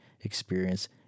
experience